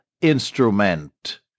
instrument